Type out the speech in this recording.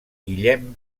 guillem